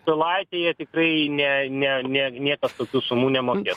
pilaitėje tikrai ne ne ne niekas tokių sumų nemokės